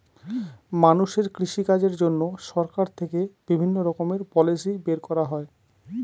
মানুষের কৃষিকাজের জন্য সরকার থেকে বিভিণ্ণ রকমের পলিসি বের করা হয়